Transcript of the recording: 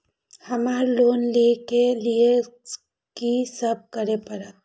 हमरा लोन ले के लिए की सब करे परते?